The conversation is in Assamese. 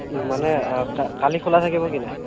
মানে কা কালি খোলা থাকিব কি নাই